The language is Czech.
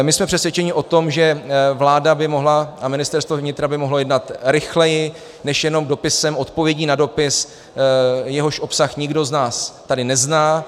My jsme přesvědčeni o tom, že vláda by mohla a Ministerstvo vnitra by mohlo jednat rychleji než jenom dopisem, odpovědí na dopis, jehož obsah nikdo z nás tady nezná.